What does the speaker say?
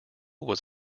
was